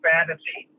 Fantasy